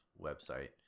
website